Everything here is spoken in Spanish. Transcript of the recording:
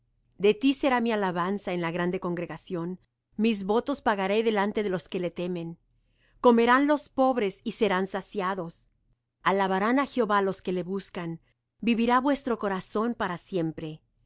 de ti será mi alabanza en la grande congregación mis votos pagaré delante de los que le temen comerán los pobres y serán saciados alabarán á jehová los que le buscan vivirá vuestro corazón para siempre